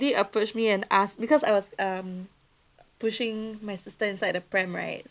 approach me and ask because I was um pushing my sister inside the pram right